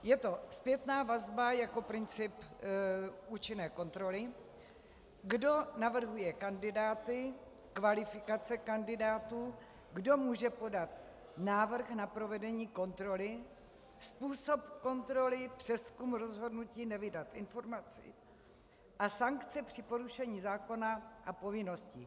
Je to zpětná vazba jako princip účinné kontroly, kdo navrhuje kandidáty, kvalifikace kandidátů, kdo může podat návrh na provedení kontroly, způsob kontroly, přezkum rozhodnutí nevydat informaci a sankce při porušení zákona a povinností.